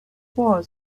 was